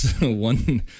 One